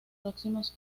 próximos